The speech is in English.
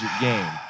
game